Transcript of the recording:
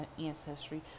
ancestry